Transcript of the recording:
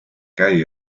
käi